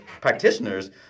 practitioners